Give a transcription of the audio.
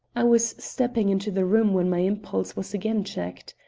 i was stepping into the room when my impulse was again checked.